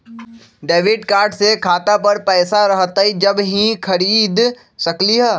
Debit card से खाता पर पैसा रहतई जब ही खरीद सकली ह?